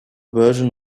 version